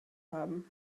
haben